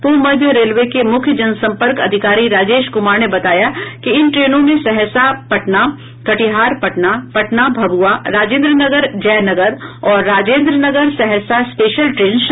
पूर्व मध्य रेलवे के मुख्य जनसम्पर्क अधिकारी राजेश कुमार ने बताया कि इन ट्रेनों में सहरसा पटना कटिहार पटना पटना भभुआ राजेन्द्र नगर जयनगर और राजेन्द्र नगर सहरसा स्पेशल ट्रेन शामिल हैं